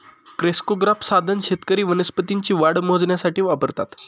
crescograph साधन शेतकरी वनस्पतींची वाढ मोजण्यासाठी वापरतात